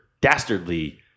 dastardly